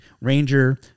Ranger